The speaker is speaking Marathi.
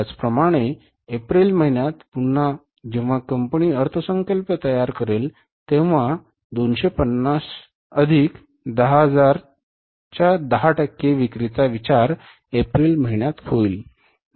त्याचप्रमाणे एप्रिल महिन्यात पुन्हा जेव्हा कंपनी अर्थसंकल्प तयार करेल तेव्हा पुन्हा 250 च्या अधिक आणि 10000 च्या वरच्या 10 टक्के विक्रीचा विचार एप्रिल महिन्यात होईल